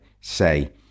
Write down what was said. say